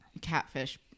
catfish